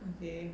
okay